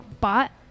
bought